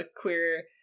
queer